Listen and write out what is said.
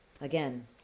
again